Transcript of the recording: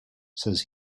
says